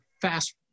fast